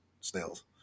snails